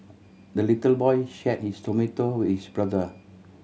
the little boy shared his tomato with his brother